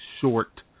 short